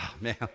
Man